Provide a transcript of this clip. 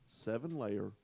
seven-layer